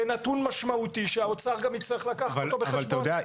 זה נתון משמעותי שהאוצר גם יצטרך לקחת אותו בחשבון.